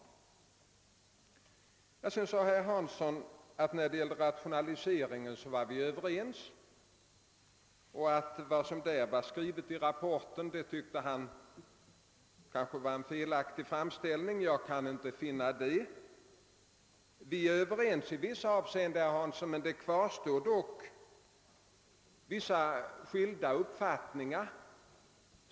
Herr Hansson sade vidare att vi när det gäller rationaliseringen var överens och att vad som i detta avseende skrivits i rapporten därför var en felaktig framställning. Jag kan inte finna det. Vi är Överens i vissa avseenden, men kvar står dock vissa skilda uppfattningar.